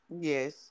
Yes